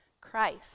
Christ